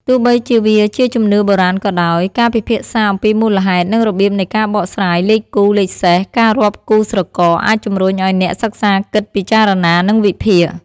ទោះបីជាវាជាជំនឿបុរាណក៏ដោយ ការពិភាក្សាអំពីមូលហេតុ និងរបៀបនៃការបកស្រាយ លេខគូ លេខសេស ការរាប់គូស្រករ អាចជំរុញឲ្យអ្នកសិក្សាគិតពិចារណា និងវិភាគ។